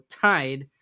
tied